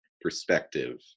perspective